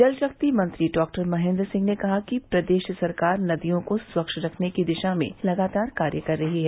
जल शक्ति मंत्री डॉक्टर महेंद्र सिंह ने कहा कि प्रदेश सरकार नदियों को स्वच्छ रखने की दिशा में लगातार कार्य कर रही है